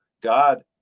God